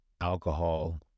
alcohol